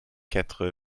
quatre